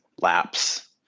laps